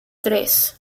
tres